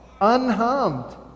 unharmed